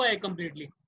completely